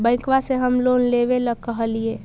बैंकवा से हम लोन लेवेल कहलिऐ?